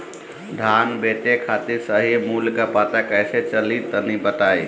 धान बेचे खातिर सही मूल्य का पता कैसे चली तनी बताई?